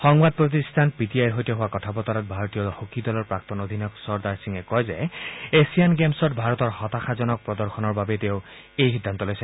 সংবাদ প্ৰতিষ্ঠান P T আইৰ সৈতে হোৱা কথা বতৰাত ভাৰতীয় হকী দলৰ প্ৰাক্তন অধিনায়ক চৰ্দাৰ সিঙে কয় যে এছিয়ান গেমছত ভাৰতৰ হতাশাজনক প্ৰদৰ্শনৰ বাবেই তেওঁ এই সিদ্ধান্ত লৈছে